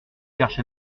cherche